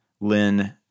Lynn